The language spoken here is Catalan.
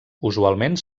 usualment